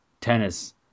tennis